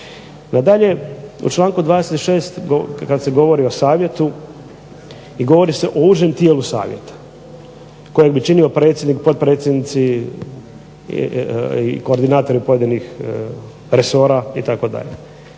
Dalje, u članku 26. kada se govori o savjetu i govori se o užem tijelu savjeta kojeg bi činio predsjednik, potpredsjednici i koordinatori pojedinih resora.